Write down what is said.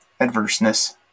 adverseness